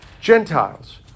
Gentiles